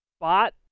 spot